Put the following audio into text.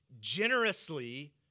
generously